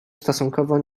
stosunkowo